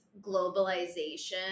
globalization